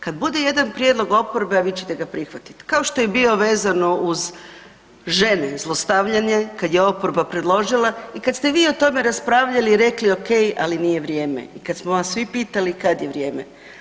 Kad bude jedan prijedlog oporbe, a vi ćete ga prihvatiti, kao što je bilo vezano uz žene i zlostavljanje kada je oporba predložila i kada ste vi o tome raspravljali i rekli ok, ali nije vrijeme i kada smo vas svi pitali kad je vrijeme.